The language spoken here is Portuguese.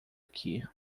aqui